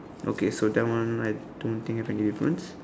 okay so that one I don't think there's any difference